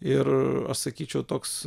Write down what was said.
ir aš sakyčiau toks